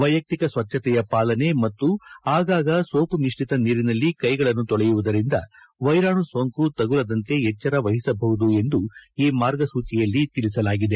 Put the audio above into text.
ವೈಯಕ್ತಿಕ ಸ್ವಚ್ಛತೆಯ ಪಾಲನೆ ಮತ್ತು ಆಗಾಗ ಸೋಪು ಮಿಶ್ರಿತ ನೀರಿನಲ್ಲಿ ಕೈಗಳನ್ನು ತೊಳೆಯುವುದರಿಂದ ವೈರಾಣು ಸೋಂಕು ತಗುಲದಂತೆ ಎಚ್ಚರ ವಹಿಸಬಹುದು ಎಂದು ಈ ಮಾರ್ಗಸೂಚಿಯಲ್ಲಿ ಸೂಚಿಸಲಾಗಿದೆ